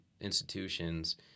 institutions